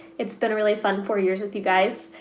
it's been a really fun four years with you guys.